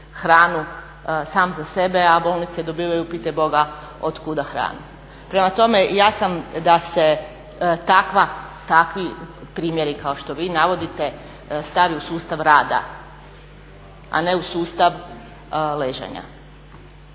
hranu sam za sebe, a bolnice dobivaju pitaj boga od kuda hranu. Prema tome, ja sam da se takvi primjeri kao što vi navodite stavi u sustav rada, a ne u sustav ležanja.